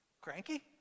Cranky